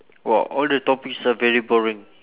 !wow! all the topics are very boring